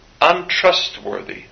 untrustworthy